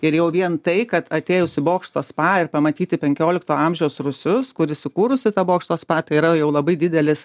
ir jau vien tai kad atėjus į bokšto spa ir pamatyti penkiolikto amžiaus rūsius kuri įsisukūrusi ta bokšto spa tai yra jau labai didelis